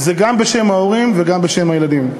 זה גם בשם ההורים וגם בשם הילדים.